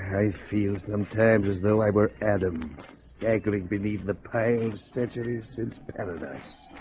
i feel sometimes as though i were adam tag league believe the piled century since paradise